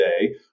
today